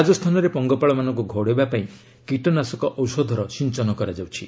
ରାଜସ୍ଥାନରେ ପଙ୍ଗପାଳମାନଙ୍କୁ ଘଉଡ଼ାଇବା ପାଇଁ କୀଟନାଶକ ଔଷଧର ସିଞ୍ଚନ କରାଯାଉଛି